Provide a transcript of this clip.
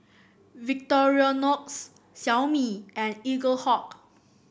Victorinox Xiaomi and Eaglehawk